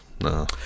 No